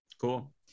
Cool